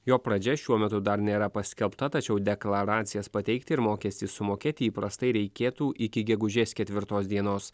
jo pradžia šiuo metu dar nėra paskelbta tačiau deklaracijas pateikti ir mokestį sumokėti įprastai reikėtų iki gegužės ketvirtos dienos